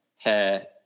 Hair